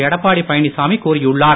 எடப்பாடி பழனிச்சாமி கூறியுள்ளார்